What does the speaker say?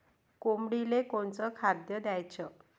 कोंबडीले कोनच खाद्य द्याच?